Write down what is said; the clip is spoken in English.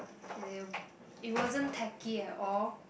they it wasn't tacky at all